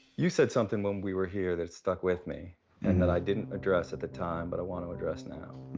you said something when we were here that stuck with me and that i didn't address at the time, but i want to address now.